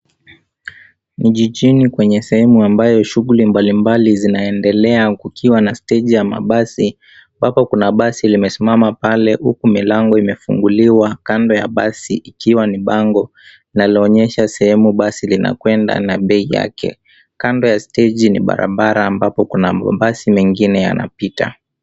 Jijini kwenye sehemu ambayo shughuli mbalimbali zinaendelea kukiwa na steji ya mabasi. Papa kuna mabasi limesimama pale huku milango imefunguliwa kando ya basi ikiwa ni bango linaloonyesha sehemu basi linakwenda na bei yake. Kando ya steji ni barabara ambapo kuna mabasi mengine yanapita.